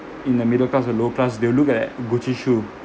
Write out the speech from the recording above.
in the middle class or lower class they will look at gucci shoe